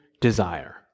desire